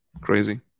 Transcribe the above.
Crazy